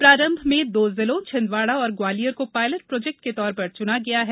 प्रारंभ में दो जिलों छिंदवाड़ा और ग्वालियर को पॉयलेट प्रोजेक्ट के तौर पर चुना गया है